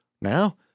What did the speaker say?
Now